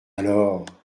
alors